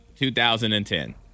2010